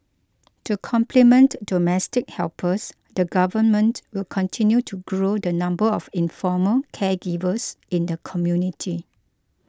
to complement domestic helpers the Government will continue to grow the number of informal caregivers in the community